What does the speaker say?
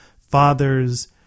fathers